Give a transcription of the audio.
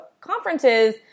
conferences